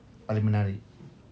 paling menarik